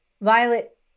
violet